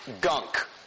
gunk